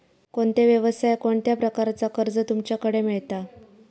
कोणत्या यवसाय कोणत्या प्रकारचा कर्ज तुमच्याकडे मेलता?